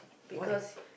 why